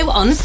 on